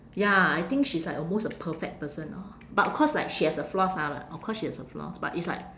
ya I think she's like almost a perfect person orh but of course like she has her flaws ah like of course she has her flaws but it's like